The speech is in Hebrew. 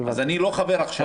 ועכשיו אני לא חבר בה.